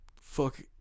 Fuck